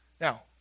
Now